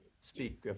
speak